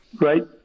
Right